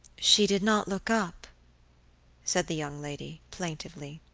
she did not look up said the young lady, plaintively.